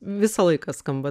visą laiką skamba